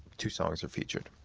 two songs are featured.